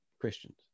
Christians